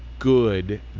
good